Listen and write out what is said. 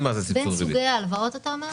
בין סוגי ההלוואות אתה אומר?